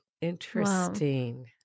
Interesting